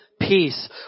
peace